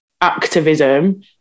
activism